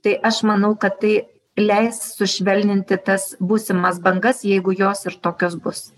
tai aš manau kad tai leis sušvelninti tas būsimas bangas jeigu jos ir tokios bus